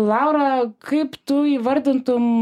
laura kaip tu įvardintum